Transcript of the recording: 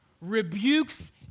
rebukes